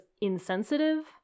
insensitive